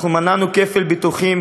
מנענו כפל ביטוחים,